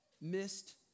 missed